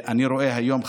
אני רואה היום,